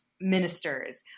ministers